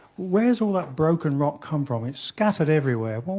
where's all that broken rock come from? it's scattered everywhere.